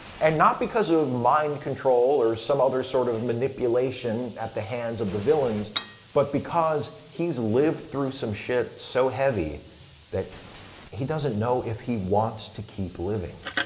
and not because of of mind control or some other sort of manipulation at the hands of the villains but because he's lived through some shit so heavy that he doesn't know if he wants to keep living.